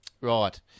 Right